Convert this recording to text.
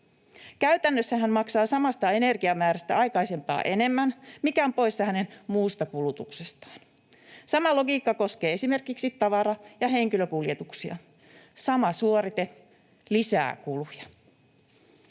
Käytännössä hän maksaa samastaa energiamäärästä aikaisempaa enemmän, mikä on poissa hänen muusta kulutuksestaan. Sama logiikka koskee esimerkiksi tavara‑ ja henkilökuljetuksia: sama suorite lisää kuluja.